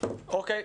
אוקיי,